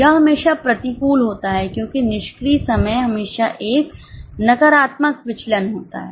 यह हमेशा प्रतिकूल होता है क्योंकि निष्क्रिय समय हमेशा एक नकारात्मक विचलन होता है